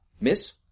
Miss